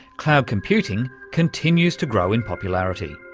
cloud computing continues to grow in popularity.